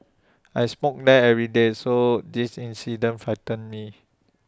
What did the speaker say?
I smoke there every day so this incident frightened me